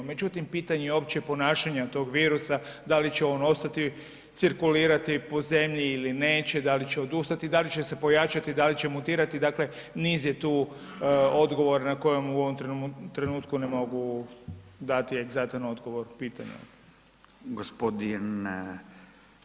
Međutim, pitanje je uopće ponašanja tog virusa, da li će on ostati cirkulirati po zemlji ili neće, da li će odustati, da li će se pojačati, da li će mutirati, dakle niz je tu odgovora na kojem u ovom trenutku ne mogu dati egzaktan odgovor, pitanja.